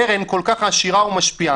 קרן כל כך עשירה ומשפיעה,